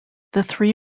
three